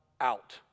out